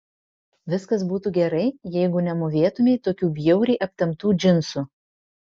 viskas būtų gerai jeigu nemūvėtumei tokių bjauriai aptemptų džinsų